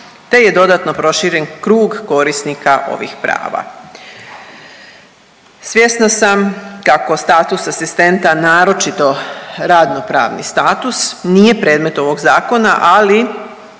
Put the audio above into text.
te je dodatno proširen krug korisnika ovih prava. Svjesna sam kako status asistenta naročito radno-pravni status nije predmet ovog zakona, ali